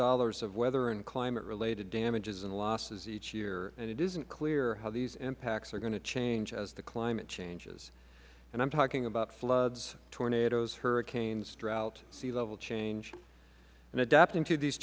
dollars of weather and climate related damages and losses each year and it isn't clear how these impacts are going to change as the climate changes i am talking about floods tornadoes hurricanes drought sea level change and adapting to these